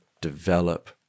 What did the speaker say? develop